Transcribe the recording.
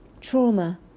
Trauma